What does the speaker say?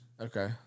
Okay